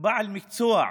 בעל מקצוע.